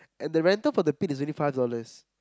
and the rental for the pit is only five dollars